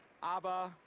aber